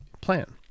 plan